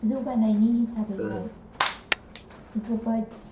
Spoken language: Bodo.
जौगानायनि हिसाबैहाय जोबोर